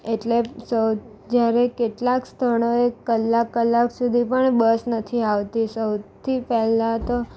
એટલે સૌ જ્યારે કેટલાક સ્થળોએ કલાક કલાક સુધી પણ બસ નથી આવતી સૌથી પહેલાં તો